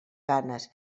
ganes